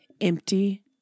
Empty